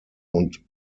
und